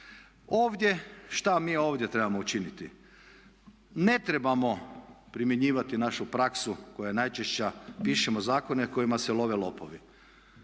Ovdje, šta mi ovdje trebamo učiniti? Ne trebamo primjenjivati našu praksu koja je najčešća, pišemo zakone kojima se love lopovi.